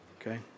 Okay